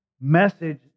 message